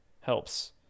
helps